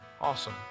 awesome